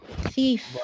Thief